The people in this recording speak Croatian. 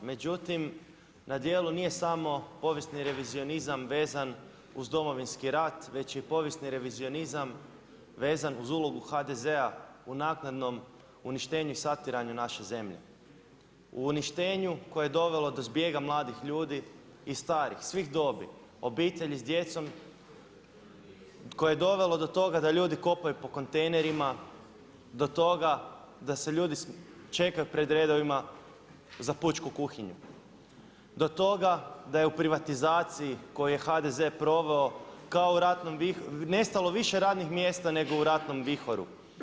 Međutim, na djelu nije samo povijesni revizionizam vezan uz Domovinski rat, već je i povijesni revizionizam vezan uz ulogu HDZ-a u naknadnom uništenju i satiranju naše zemlje, u uništenju koje je dovelo do zbjega mladih ljudi i starih svih dobi, obitelji s djecom koje je dovelo do toga da ljudi kopaju po kontejnerima, do toga da se ljudi čekaju pred redovima za pučku kuhinju, do toga da je u privatizaciji koju je HDZ proveo kao u ratnom vihoru, nestalo više radnih mjesta nego u ratnom vihoru.